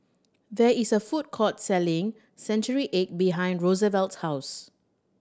there is a food court selling century egg behind Rosevelt's house